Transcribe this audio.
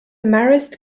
marist